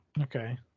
Okay